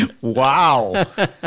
Wow